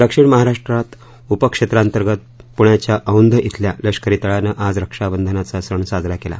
दक्षिण महाराष्ट्र उपक्षेत्रांतंगत पुण्याच्या औंध श्वल्या लष्करी तळानं आज रक्षाबंधनाचा सण साजरा केला